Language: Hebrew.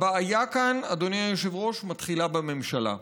הבעיה כאן, אדוני היושב-ראש, מתחילה בממשלה.